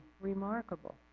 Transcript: remarkable